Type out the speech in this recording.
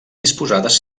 disposades